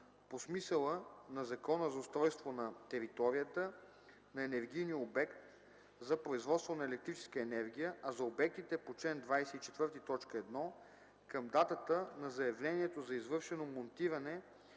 по смисъла на Закона за устройство на територията на енергийния обект за производство на електрическа енергия, а за обектите по чл. 24, т. 1 – към датата на заявлението на извършено монтиране